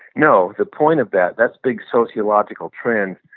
no. the point of that, that big sociological trend,